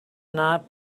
not